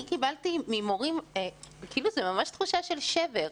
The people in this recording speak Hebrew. אני קיבלתי ממורים הרגשה שיש ממש תחושה של שבר.